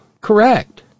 correct